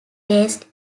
raised